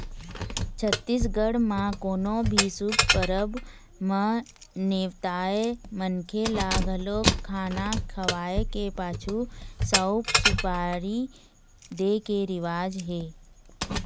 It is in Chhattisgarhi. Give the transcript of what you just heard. छत्तीसगढ़ म कोनो भी शुभ परब म नेवताए मनखे ल घलोक खाना खवाए के पाछू सउफ, सुपारी दे के रिवाज हे